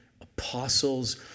apostles